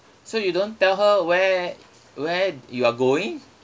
so you don't tell her where where you are going